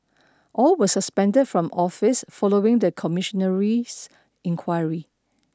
all were suspended from office following the commissionary inquiry